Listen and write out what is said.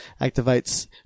activates